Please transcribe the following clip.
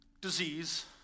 disease